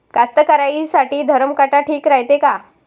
कास्तकाराइसाठी धरम काटा ठीक रायते का?